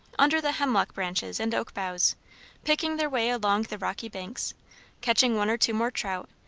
under the hemlock branches and oak boughs picking their way along the rocky banks catching one or two more trout,